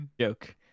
joke